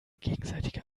gegenseitige